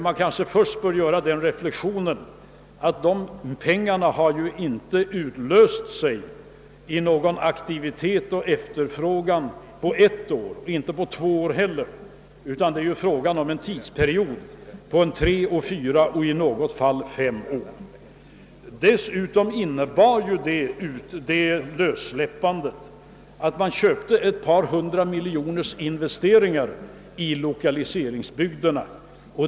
Man kanske först får göra den reflektionen att de pengarna inte har utlöst någon aktivitet eller efterfrågan på ett år och inte heller på två år, utan det är fråga om en tidsperiod på tre, fyra och i något fall fem år. Dessutom innebar det lössläppandet att man erhöll ett par hundra miljoner kronors investeringar i lokaliseringsbygderna.